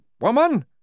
woman